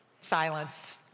silence